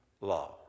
law